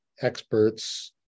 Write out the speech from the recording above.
experts